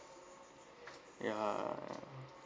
ya